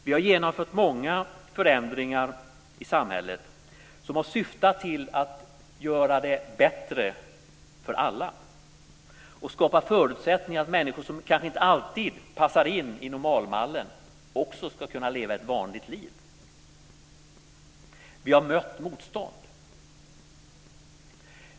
Vi har genomfört många förändringar i samhället som har syftat till att göra det bättre för alla och skapa förutsättningar så att människor som kanske inte alltid passar in i normalmallen ska kunna leva ett vanligt liv. Vi har mött motstånd.